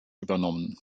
übernommen